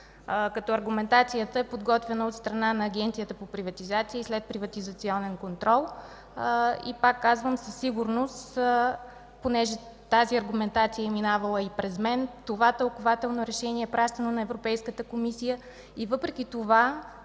като аргументацията е подготвена от страна на Агенцията по приватизация и следприватизационен контрол. Пак казвам, със сигурност понеже тази аргументация е минавала и през мен, това тълкувателно решение е пращано на Европейската комисия и въпреки това